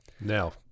Now